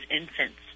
infants